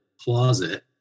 closet